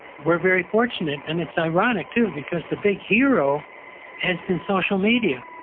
we're very fortunate and it's ironic too because the big hero has been social media.